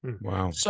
Wow